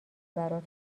برات